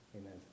Amen